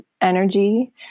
energy